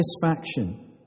Satisfaction